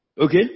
Okay